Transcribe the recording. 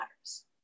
matters